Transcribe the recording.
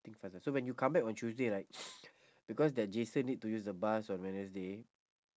think faizah so when you come back on tuesday right because that jason need to use the bus on wednesday